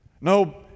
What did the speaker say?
No